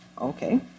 okay